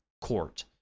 court